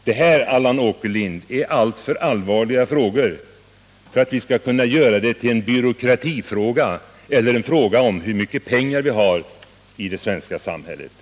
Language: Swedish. Det rör sig här, Allan Åkerlind, om alltför allvarliga frågor för att vi skall göra det hela till en byråkratifråga eller en fråga om hur mycket pengar vi har i det svenska samhället.